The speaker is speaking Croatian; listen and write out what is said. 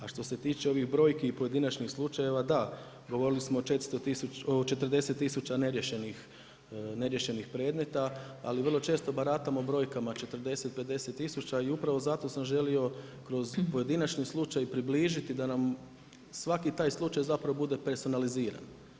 A što se tiče ovih brojki i pojedinačnih slučajeva, da govorili smo o 400000 neriješenih predmeta, ali vrlo često baratamo brojkama 40, 50 tisuća i upravo zato sam želio kroz pojedinačni slučaj i približiti da nam svaki taj slučaj bude personaliziran.